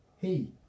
hey